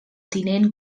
tinent